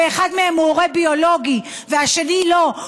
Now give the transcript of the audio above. ואחד מהם הוא הורה ביולוגי והשני לא,